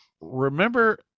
Remember